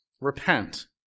repent